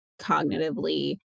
cognitively